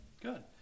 good